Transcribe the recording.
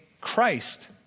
Christ